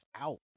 out